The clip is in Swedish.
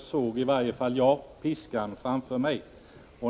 såg i varje fall jag piskan framför mig.